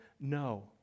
No